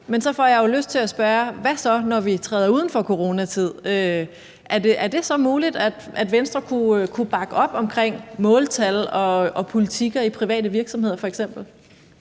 Men så får jeg jo lyst til at spørge: Hvad så, når vi træder uden for coronatid? Er det så muligt, at Venstre kunne bakke op omkring måltal og politikker i private virksomheder